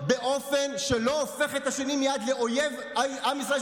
באופן שלא הופך את השני מייד לאויב עם ישראל,